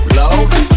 low